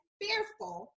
fearful